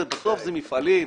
הרי בסוף אלה מפעלים.